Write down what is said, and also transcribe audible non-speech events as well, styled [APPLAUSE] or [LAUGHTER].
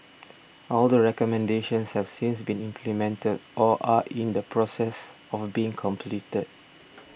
[NOISE] all the recommendations have since been implemented or are in the process of being completed